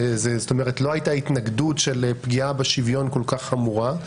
לא הייתה התנגדות של פגיעה כל כך חמורה בשוויון,